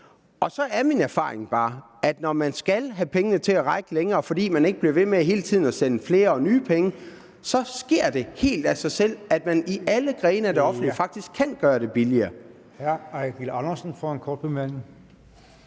Og min erfaring er så bare, at når man skal have pengene til at række længere, fordi der ikke hele tiden bliver sendt flere og nye penge, sker det helt af sig selv, at man i alle grene af det offentlige faktisk kan gøre det billigere.